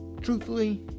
truthfully